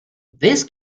this